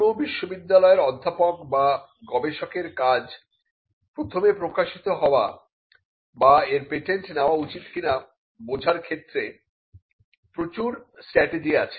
কোন বিশ্ববিদ্যালয়ের অধ্যাপক বা গবেষকের কাজ প্রথমে প্রকাশিত হওয়া বা এর পেটেন্ট নেওয়া উচিত কিনা বোঝার ক্ষেত্রে প্রচুর স্ট্র্যাটেজি আছে